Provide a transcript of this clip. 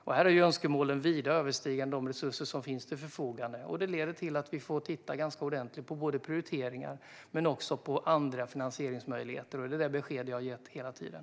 Här överstiger önskemålen vida de resurser som finns till förfogande, och det leder till att vi får titta ganska ordentligt på prioriteringar men också på andra finansieringsmöjligheter. Det är det besked jag har gett hela tiden.